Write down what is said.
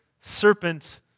serpent